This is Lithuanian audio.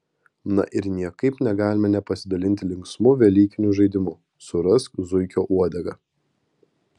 na ir niekaip negalime nepasidalinti linksmu velykiniu žaidimu surask zuikio uodegą